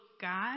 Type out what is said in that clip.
God